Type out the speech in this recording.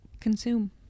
consume